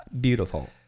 beautiful